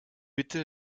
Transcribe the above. bitte